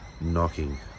knocking